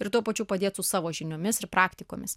ir tuo pačiu padėt su savo žiniomis ir praktikomis